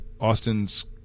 austin's